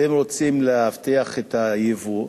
אתם רוצים להבטיח את היבוא?